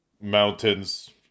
mountains